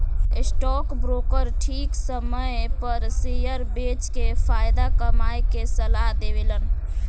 stock broker ठीक समय पर शेयर बेच के फायदा कमाये के सलाह देवेलन